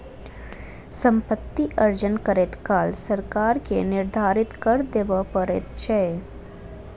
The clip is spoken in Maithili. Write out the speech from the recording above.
सम्पति अर्जन करैत काल सरकार के निर्धारित कर देबअ पड़ैत छै